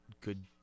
good